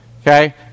Okay